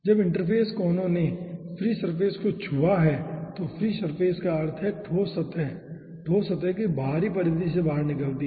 जब इंटरफ़ेस कोनों ने फ्री सरफेस को छुआ है तो फ्री सरफेस का अर्थ है ठोस सतह ठोस सतह की बाहरी परिधि से बाहर निकलती है